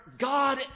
God